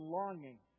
longing